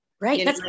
Right